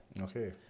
Okay